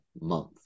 month